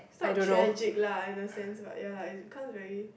it's not tragic la in the sense like ya la cause very